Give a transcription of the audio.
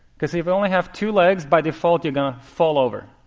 because they but only have two legs. by default, they're going to fall over.